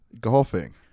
golfing